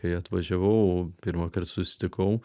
kai atvažiavau pirmąkart susitikau